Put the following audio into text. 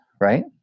right